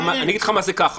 אני אגיד לך מה זה ככה.